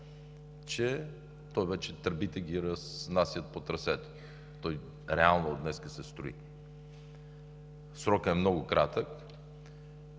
че вече тръбите ги разнасят по трасето. Той реално днес се строи. Срокът е много кратък